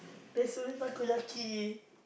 there's only Takoyaki